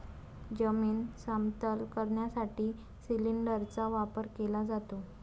जमीन समतल करण्यासाठी सिलिंडरचा वापर केला जातो